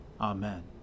Amen